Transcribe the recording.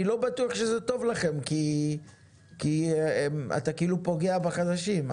אני לא בטוח שזה טוב לכם כי אתה כאילו פוגע בחדשים.